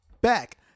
back